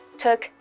took